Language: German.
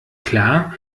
klar